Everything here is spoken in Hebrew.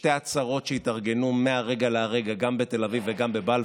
שתי עצרות שהתארגנו מהרגע להרגע גם בתל אביב וגם בבלפור,